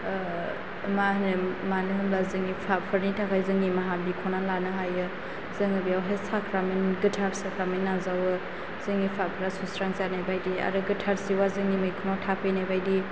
मा होनो मानो होनब्ला जोंनि पाफफोरनि थाखाय जोङो निमाहा बिख'ना लानो हायो जोङो बियावहाय साख्रामेन्ट गोथार साख्रामेन्ट नाजावो जोंनि पापफ्रा सुस्रां जानाय बायदि आरो गोथार जिउआ जोंनि मैखुनाव थाफैनाय बायदि